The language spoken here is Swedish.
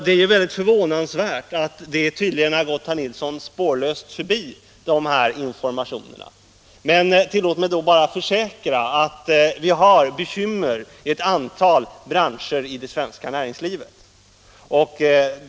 Det är förvånansvärt att det tydligen gått herr Nilsson i Kalmar spårlöst förbi. Tillåt mig därför bara att försäkra att vi har bekymmer i ett antal branscher i det svenska näringslivet.